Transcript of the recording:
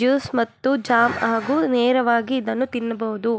juice ಮತ್ತು jam ಹಾಗೂ ನೇರವಾಗಿ ಇದನ್ನು ತಿನ್ನಬೋದು